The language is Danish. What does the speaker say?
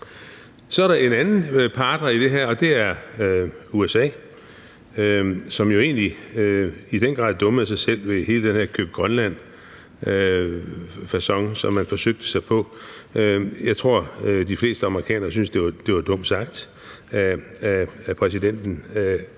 Så er der en anden part i det her, og det er USA, som jo egentlig i den grad dummede sig med hele den her facon med at ville købe Grønland, som man forsøgte sig med. Jeg tror, de fleste amerikanere syntes, det var dumt sagt af præsidenten,